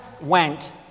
went